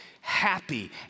happy